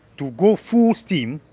to go full steam.